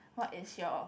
what is your